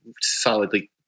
solidly